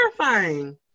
terrifying